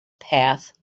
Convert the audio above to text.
path